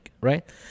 right